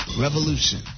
revolution